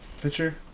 picture